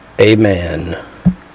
Amen